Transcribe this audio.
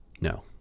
No